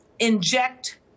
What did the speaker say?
inject